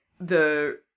the-